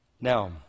Now